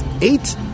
eight